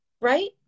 Right